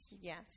Yes